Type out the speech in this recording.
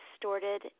distorted